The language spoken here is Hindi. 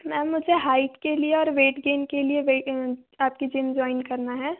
मैम मुझे हाइट के लिए और वेट गेन के लिए आपकी जिम जॉइन करना है